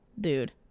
dude